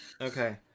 Okay